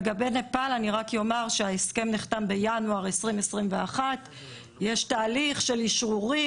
לגבי נפאל אני רק אומר שההסכם נחתם בינואר 2021. יש תהליך של אישורים.